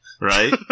Right